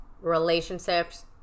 relationships